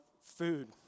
food